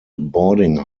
boarding